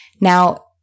Now